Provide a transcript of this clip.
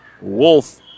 Wolf